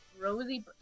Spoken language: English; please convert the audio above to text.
Rosie